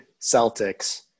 Celtics